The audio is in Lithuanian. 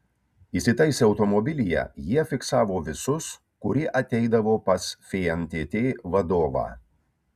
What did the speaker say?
įsitaisę automobilyje jie fiksavo visus kurie ateidavo pas fntt vadovą